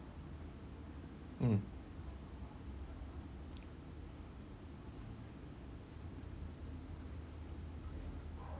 mm